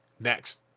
Next